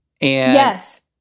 Yes